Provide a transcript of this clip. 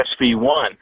SV1